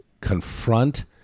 confront